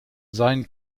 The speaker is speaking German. seien